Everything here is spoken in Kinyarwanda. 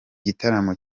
gitaramo